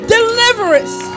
Deliverance